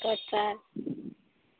एत्तऽ